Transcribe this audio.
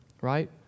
right